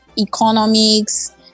economics